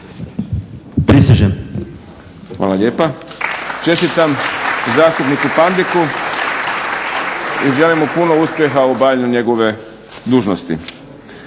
Boris (SDP)** Hvala lijepa. Čestitam zastupniku Pandeku i želim mu puno uspjeha obavljanju njegove dužnosti.